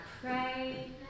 pray